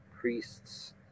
priest's